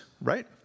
right